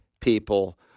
people